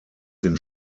den